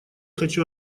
хочу